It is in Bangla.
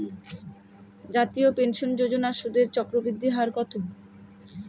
জাতীয় পেনশন যোজনার সুদের চক্রবৃদ্ধি হার কত?